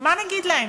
מה להגיד להם?